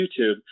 YouTube